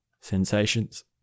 sensations